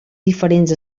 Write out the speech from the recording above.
diferents